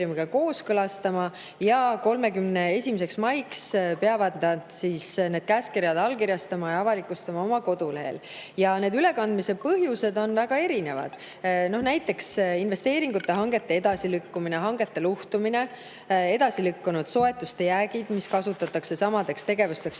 ja 31. maiks peavad nad need käskkirjad allkirjastama ja avalikustama oma kodulehel. Need ülekandmise põhjused on väga erinevad. Näiteks investeeringute hangete edasilükkumine, hangete luhtumine, edasilükkunud soetuste jäägid, mida kasutatakse samadeks tegevusteks